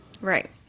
Right